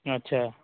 अच्छा